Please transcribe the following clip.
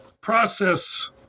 process